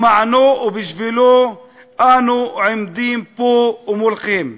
למענו ובשבילו אנו עומדים פה מולכם.